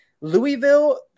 Louisville